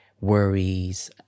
worries